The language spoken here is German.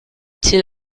till